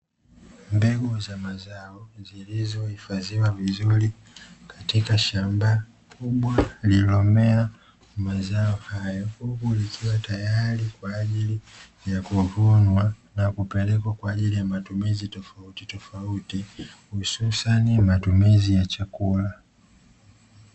Mbegu za mazao zilizohifadhiwa vizuri katika shamba kubwa lililomea mazao hayo, likiwa tayari kwa ajili ya kuvunwa na kupelekwa kwa ajili ya matumizi tofautitofauti; hususani matumizi ya chakula.